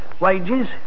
wages